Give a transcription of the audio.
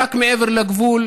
רק מעבר לגבול